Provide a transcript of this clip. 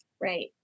right